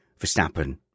Verstappen